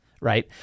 right